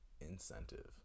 incentive